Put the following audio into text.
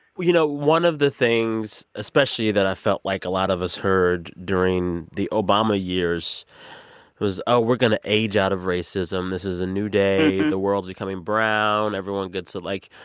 you know, one of the things, especially, that i felt like a lot of us heard during the obama years was, oh, we're going to age out of racism. this is a new day. the world's becoming brown. everyone gets it, like,